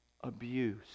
abuse